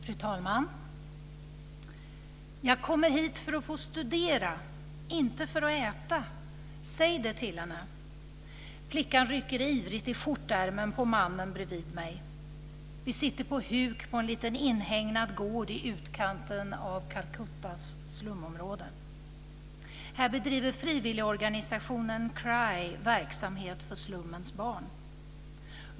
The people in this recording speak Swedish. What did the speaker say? Fru talman! "Jag kommer hit för att få studera, inte för att äta. Säg det till henne!" Flickan rycker ivrigt i skjortärmen på mannen bredvid mig. Vi sitter på huk på en liten inhägnad gård i utkanten av Calcuttas slumområden. Här bedriver frivilligorganisationen CRY verksamhet för slummens barn.